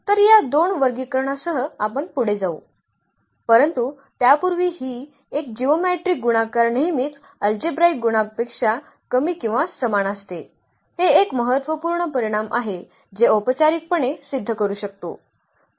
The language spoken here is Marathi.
तर या दोन वर्गीकरणासह आपण पुढे जाऊ परंतु त्यापूर्वी ही एक जिओमेट्रीक गुणाकार नेहमीच अल्जेब्राईक गुणापेक्षा कमी किंवा समान असते हे एक महत्त्वपूर्ण परिणाम आहे जे औपचारिकपणे सिद्ध करू शकतो